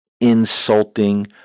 insulting